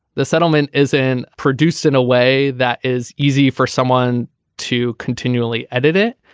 the settlement is in produce in a way that is easy for someone to continually edit it.